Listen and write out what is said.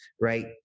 right